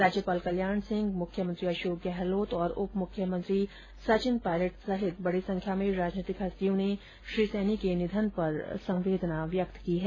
राज्यपाल कल्याण सिंह मुख्यमंत्री अशोक गहलोत और उप मुख्यमंत्री सचिन पायलट सहित बडी संख्या में राजनीतिक हस्तियों ने श्री सैनी के निधन पर श्रीक प्रकट किया है